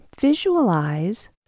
Visualize